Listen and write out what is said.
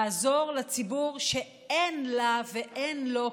לעזור לציבור שאין לה ואין לו כסף,